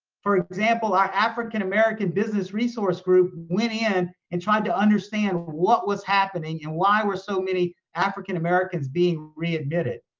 for example, our african american business resource group went in and tried to understand what was happening and why were so many african americans being readmitted.